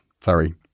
Sorry